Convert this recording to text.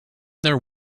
there